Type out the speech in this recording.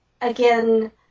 again